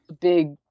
big